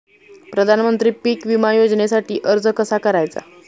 प्रधानमंत्री पीक विमा योजनेसाठी अर्ज कसा करायचा?